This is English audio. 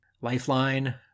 Lifeline